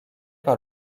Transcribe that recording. par